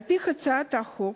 על-פי הצעת החוק,